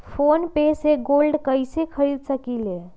Phone पे से gold कईसे खरीद सकीले?